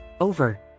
Over